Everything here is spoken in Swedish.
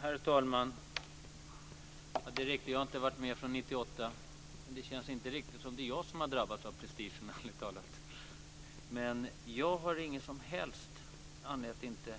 Herr talman! Det är riktigt att jag inte har varit med sedan 1998, men det känns, ärligt talat, inte riktigt som att det är jag som har drabbats av prestigen. Jag har ingen som helst anledning att inte